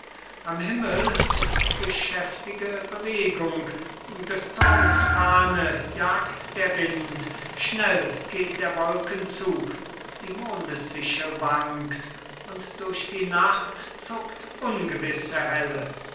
am himmel ist geschäftige bewegung des turmes fahne jagt der wind schnell geht der wolken zug die mondessichel wankt und durch die nacht zuckt ungewisse helle